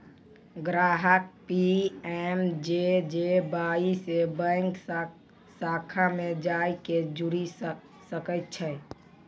ग्राहक पी.एम.जे.जे.वाई से बैंक शाखा मे जाय के जुड़ि सकै छै